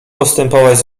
postępować